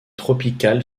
tropical